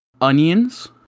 onions